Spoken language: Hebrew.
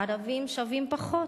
ערבים שווים פחות.